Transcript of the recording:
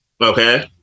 Okay